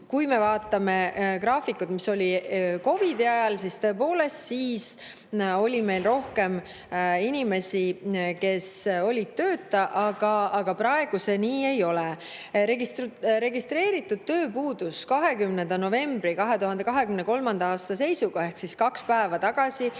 Kui me vaatame graafikut, mis oli COVID‑i ajal, siis selgub, et tõepoolest oli meil siis rohkem inimesi, kes olid tööta, aga praegu see nii ei ole. Registreeritud [töötuid] oli 20. novembri 2023. aasta seisuga ehk kaks päeva tagasi